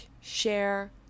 share